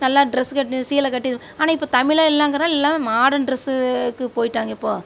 நல்லா டிரெஸ் கட்டி சீலை கட்டி ஆனால் இப்போ தமிழே இல்லேங்கிறோம் எல்லா மாடர்ன் டிரெஸ்ஸுக்கு போயிட்டாங்க இப்போது